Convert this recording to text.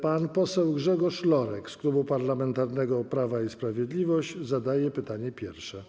Pan poseł Grzegorz Lorek z Klubu Parlamentarnego Prawo i Sprawiedliwość zada pytanie pierwsze.